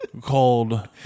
called